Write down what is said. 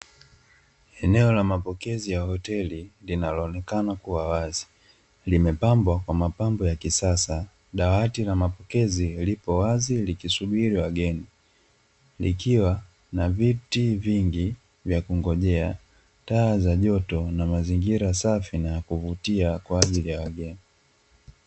Eneo la mapokezi ya hoteli linaloonenaka kuwa wazi, limepambwa kwa mapambo ya kisasa. Dawati la mapokezi lipo wazi likisubiri wageni, likiwa na viti vingi vya kungojea, taa za joto na mazingira safi na ya kuvutia kwa ajili ya wageni.